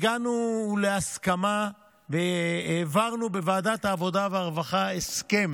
הגענו להסכמה והעברנו בוועדת העבודה והרווחה הסכם